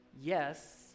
Yes